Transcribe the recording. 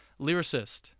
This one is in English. lyricist